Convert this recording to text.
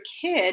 kid